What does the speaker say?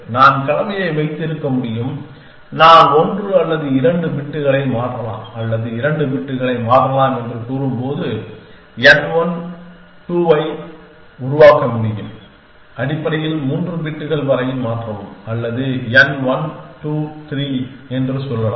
நான் கலவையை வைத்திருக்க முடியும் நான் 1 அல்லது 2 பிட்களை மாற்றலாம் அல்லது 2 பிட்களை மாற்றலாம் என்று கூறும் n 1 2 ஐ உருவாக்க முடியும் அடிப்படையில் 3 பிட்கள் வரை மாற்றவும் அல்லது n 1 2 3 என்று சொல்லலாம்